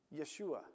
Yeshua